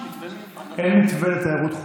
אין מתווה לתיירות חוץ.